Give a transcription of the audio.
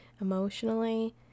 emotionally